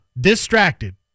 distracted